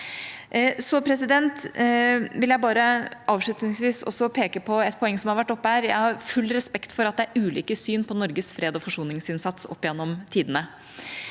jenter. Jeg vil avslutningsvis peke på et poeng som har vært oppe. Jeg har full respekt for at det er ulike syn på Norges freds- og forsoningsinnsats opp gjennom tidene.